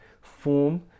form